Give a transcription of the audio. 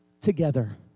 together